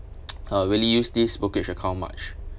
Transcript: uh really use this brokerage account much